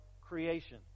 creation